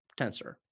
Tensor